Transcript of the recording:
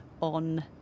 on